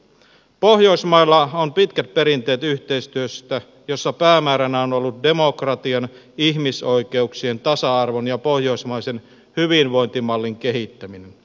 pohjoismailla on pitkät perinteet yhteistyöstä jossa päämääränä on ollut demokratian ihmisoikeuksien tasa arvon ja pohjoismaisen hyvinvointimallin kehittäminen